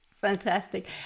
Fantastic